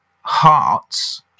hearts